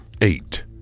eight